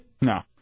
no